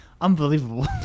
Unbelievable